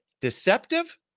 deceptive